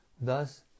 thus